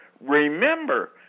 Remember